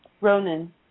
Ronan